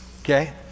okay